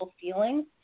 feelings